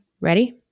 Ready